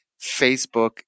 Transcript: Facebook